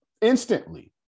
Instantly